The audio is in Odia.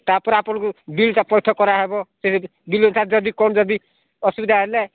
ତାପରେ ଆପଣଙ୍କୁ ବିଲ୍ଟା ପଇଠ କରାହେବ ସେ ବିଲ୍ଟା ଯଦି କ'ଣ ଯଦି ଅସୁବିଧା ହେଲେ